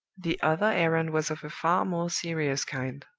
the other errand was of a far more serious kind.